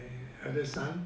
elder son